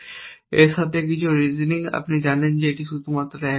এর সাথে কিছু রিজোনিং আপনি জানেন যে এটি শুধুমাত্র 1 হতে পারে